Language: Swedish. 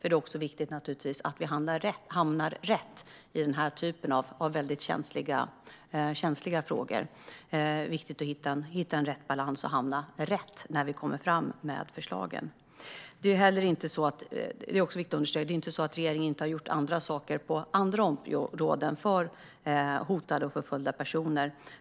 Det är naturligtvis viktigt att vi hamnar rätt i denna typ av väldigt känsliga frågor. Det är viktigt att hitta rätt balans när vi lägger fram förslagen. Det är också viktigt att understryka att det inte är så att regeringen inte har gjort andra saker på andra områden för hotade och förföljda personer.